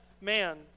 man